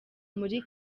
muri